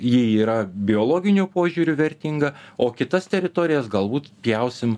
ji yra biologiniu požiūriu vertinga o kitas teritorijas galbūt pjausim